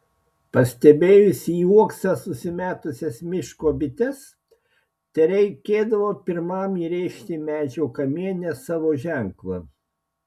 pastebėjus į uoksą susimetusias miško bites tereikėdavo pirmam įrėžti medžio kamiene savo ženklą